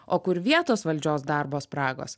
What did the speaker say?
o kur vietos valdžios darbo spragos